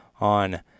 on